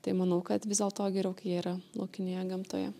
tai manau kad vis dėlto geriau kai jie yra laukinėje gamtoje